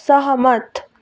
सहमत